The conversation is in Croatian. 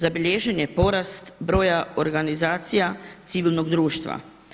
Zabilježen je porast broja organizacija civilnog društva.